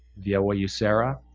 veoa userra,